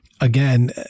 Again